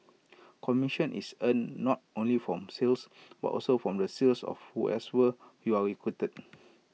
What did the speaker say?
commission is earned not only from sales but also from the sales of who S were you are recruited